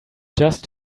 just